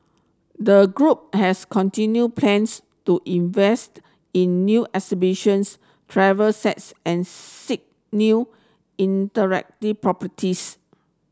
the group has continued plans to invest in new exhibitions travel sets and seek new properties